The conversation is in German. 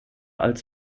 als